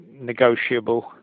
negotiable